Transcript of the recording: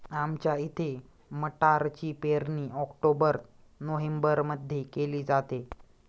आमच्या इथे मटारची पेरणी ऑक्टोबर नोव्हेंबरमध्ये केली जाते